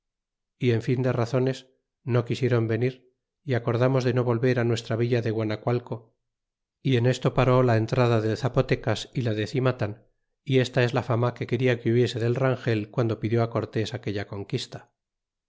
y en fin de razones no quisieron venir y acordamos de no volver a nuestra villa de guacacualco y en esto paré la entrada de zapotecas la de cimatlau y esta es gs la fama que quena que hubiese del rangel guando pidió cortés aquella conquista